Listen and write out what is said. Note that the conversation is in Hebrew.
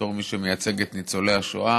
בתור מי שמייצג את ניצולי השואה,